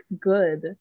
good